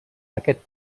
aquest